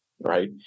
right